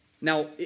Now